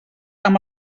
amb